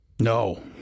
no